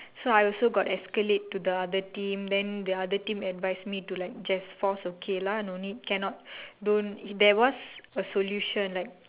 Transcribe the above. so I also got escalate to the other team then the other team advise me to just force okay lah no need cannot don't there was a solution like